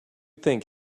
think